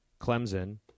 Clemson